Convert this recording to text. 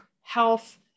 health